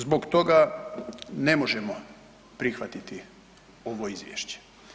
Zbog toga ne možemo prihvatiti ovo izvješće.